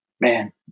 Man